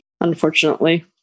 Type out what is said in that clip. Unfortunately